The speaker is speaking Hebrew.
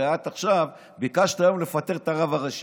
הרי את ביקשת עכשיו, היום, לפטר את הרב הראשי